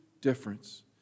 difference